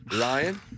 Ryan